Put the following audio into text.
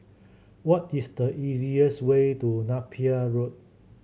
what is the easiest way to Napier Road